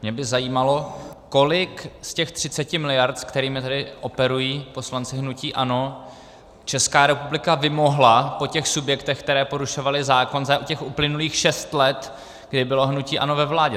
Mě by zajímalo, kolik z těch 30 miliard, s kterými tady operují poslanci hnutí ANO, Česká republika vymohla po těch subjektech, které porušovaly zákon za těch uplynulých šest let, kdy bylo hnutí ANO ve vládě.